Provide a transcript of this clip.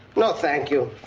no thank you.